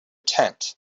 tent